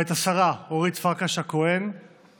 את השרה אורית פרקש הכהן,